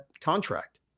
contract